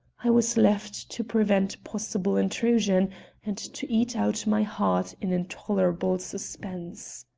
i was left to prevent possible intrusion and to eat out my heart in intolerable suspense.